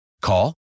Call